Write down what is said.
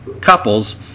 couples